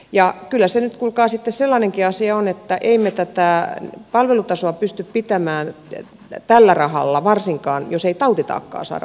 ja kyllä se nyt kuulkaa sitten sellainenkin asia on että emme me tätä palvelutasoa pysty pitämään tällä rahalla varsinkaan jos ei tautitaakkaa saada vähemmäksi